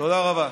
תודה רבה.